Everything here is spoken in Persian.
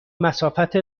مسافت